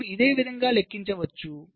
మనము ఇదే విధంగా లెక్కించవచ్చు